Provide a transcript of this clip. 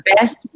best